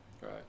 Right